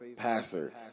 passer